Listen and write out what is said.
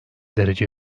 derece